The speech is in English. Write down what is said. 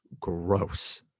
gross